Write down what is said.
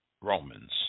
Romans